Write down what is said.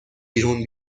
بیرون